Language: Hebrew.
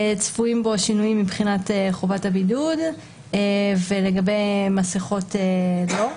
צפויים בו שינויים מבחינת חובת הבידוד ולגבי מסכות לא,